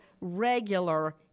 regular